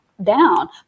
down